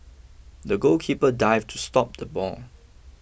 the goalkeeper dived to stop the ball